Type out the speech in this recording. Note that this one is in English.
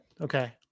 okay